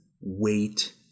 wait